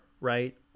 right